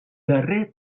darrer